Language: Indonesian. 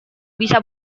bisa